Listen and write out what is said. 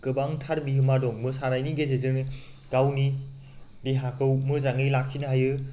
गोबांथार बिहोमा दं मोसानायनि गेजेरजोंनो गावनि देहाखौ मोजाङै लाखिनो हायो